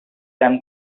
them